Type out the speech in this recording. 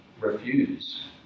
refuse